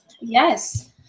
Yes